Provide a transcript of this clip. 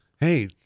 hey